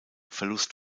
verlust